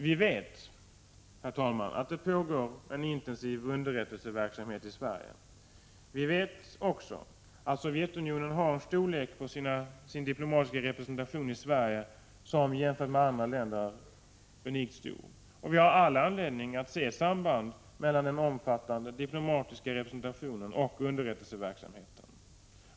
Vi vet att det pågår en intensiv underrättelseverksamhet i Sverige. Vi vet också att Sovjetunionens diplomatiska representation har en storlek i Sverige som jämfört med andra länder är unik. Vi har all anledning att se samband mellan den omfattande diplomatiska representationen och underrättelseverksamheten.